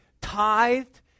tithed